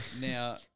Now